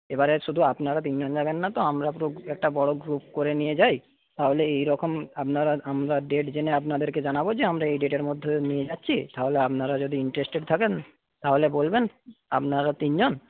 এবারে শুধু আপনারা তিনজন যাবেন না তো আমরা পুরোপুরি একটা বড়ো গ্রুপ করে নিয়ে যাই তাহলে এই রকম আপনারা আমরা ডেট জেনে আপনাদের কে জানাবো যে আমরা এই ডেটের মধ্যে নিয়ে যাচ্ছি তাহলে আপনারা যদি ইন্টারেসটেড থাকেন তাহলে বলবেন আপনারা তিনজন